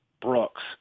Brooks